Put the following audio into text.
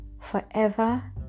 forever